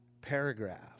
paragraph